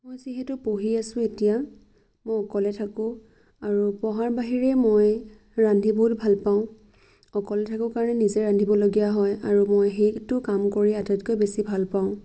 মই যিহেতু পঢ়ি আছো এতিয়া মই অকলে থাকোঁ আৰু পঢ়াৰ বাহিৰে মই ৰান্ধি বহুত ভাল পাওঁ অকলে থাকো কাৰণে নিজে ৰান্ধিবলগীয়া হয় আৰু মই সেইটো কাম কৰি আটাইতকৈ বেছি ভাল পাওঁ